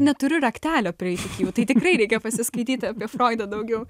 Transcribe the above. neturiu raktelio prieit iki jų tai tikrai reikia pasiskaityti apie froidą daugiau